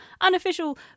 unofficial